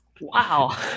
Wow